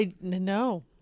No